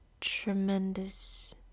tremendous